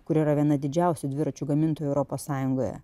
kur yra viena didžiausių dviračių gamintojų europos sąjungoje